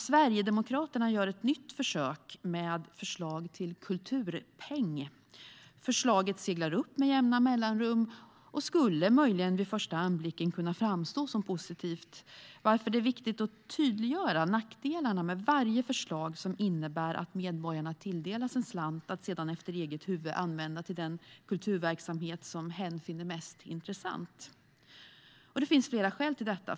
Sverigedemokraterna gör ett nytt försök med förslag till kulturpeng. Förslaget seglar upp med jämna mellanrum och skulle möjligen vid första anblicken kunna framstå som positivt, varför det är viktigt att tydliggöra nackdelarna med varje förslag som innebär att medborgarna tilldelas en slant att sedan efter eget huvud använda till den kulturverksamhet som hen finner mest intressant. Och det finns flera skäl till detta.